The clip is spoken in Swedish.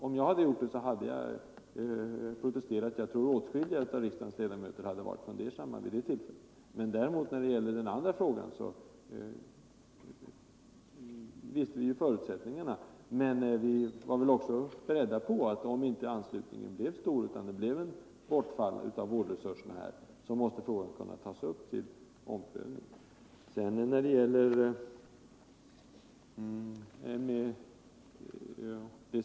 Om jag hade vetat detta, hade jag som sagt protesterat. Och jag tror att åtskilliga av riksdagens ledamöter hade varit fundersamma vid det tillfället, om de hade känt till detta förhållande. När det gäller den andra frågan visste vi förutsättningarna, men vi var också beredda på att om anslutningen inte blev stor, utan det blev ett bortfall av vårdresurser, måste frågan tas upp till omprövning.